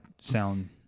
sound